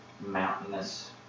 mountainous